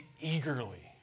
eagerly